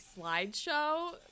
slideshow